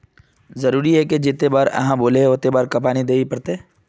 जरूरी है की जयते बार आहाँ बोले है होते बार पानी देल ही पड़ते?